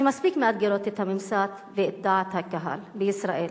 שמספיק מאתגרות את הממסד ואת דעת הקהל בישראל,